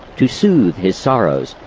to soothe his sorrows,